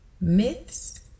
myths